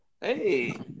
Hey